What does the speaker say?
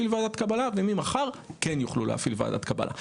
ועדת קבלה וממחר כן יוכלו להפעיל ועדת קבלה.